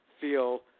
feel